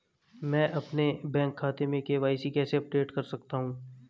मैं अपने बैंक खाते में के.वाई.सी कैसे अपडेट कर सकता हूँ?